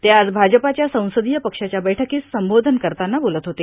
ते आज भाजपाच्या सांसदीय पक्षाच्या बैठकीस संबोधन करताना बोलत होते